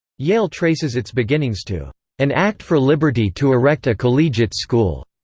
yale traces its beginnings to an act for liberty to erect a collegiate school,